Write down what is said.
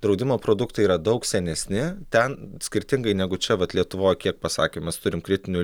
draudimo produktai yra daug senesni ten skirtingai negu čia vat lietuvoj kiek pasakėm mes turim kritinių